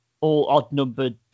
all-odd-numbered